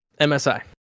MSI